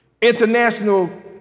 International